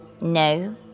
no